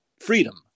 freedom